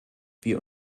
wir